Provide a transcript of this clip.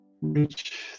reach